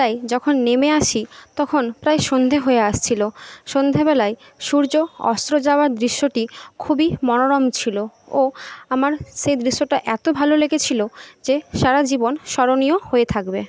তাই যখন নেমে আসি তখন প্রায় সন্ধে হয়ে আসছিল সন্ধেবেলায় সূর্য অস্ত যাওয়ার দৃশ্যটি খুবই মনোরম ছিল ও আমার সেই দৃশ্যটা এত ভালো লেগেছিল যে সারা জীবন স্মরণীয় হয়ে থাকবে